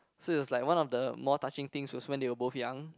so there was like one of the more touching thing was when they were both young